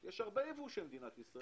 יש הרבה ייבוא של כל מיני מוצרים.